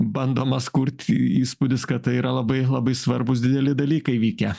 bandomas kurt įspūdis kad tai yra labai labai svarbūs dideli dalykai vykę